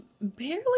barely